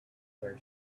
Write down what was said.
their